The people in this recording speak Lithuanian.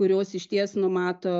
kurios išties numato